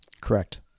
Correct